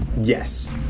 yes